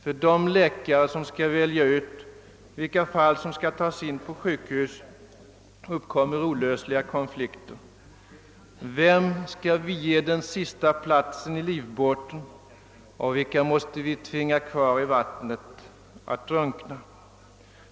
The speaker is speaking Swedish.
För de läkare som skall välja ut vilka fall som skall tas in på sjukhus uppkommer olösliga konflikter. Vem skall vi ge den sista platsen i livbåten och vilka måste vi tvinga kvar i vattnet att drunkna?